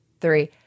three